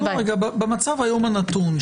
במצב היום הנתון,